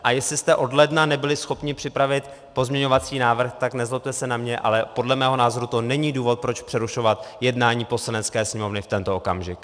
A jestli jste od ledna nebyli schopni připravit pozměňovací návrh, tak nezlobte se na mě, ale podle mého názoru to není důvod, proč přerušovat jednání Poslanecké sněmovny v tento okamžik.